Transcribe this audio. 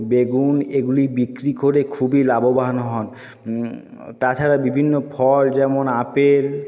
বেগুন এগুলি বিক্রি করে খুবই লাভবান হন তাছাড়া বিভিন্ন ফল যেমন আপেল